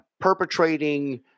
Perpetrating